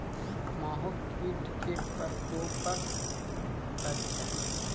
माहो कीट केँ प्रकोपक लक्षण?